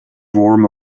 warm